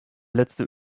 letzte